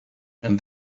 and